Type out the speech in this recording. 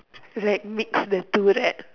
like mix the two right